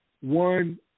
One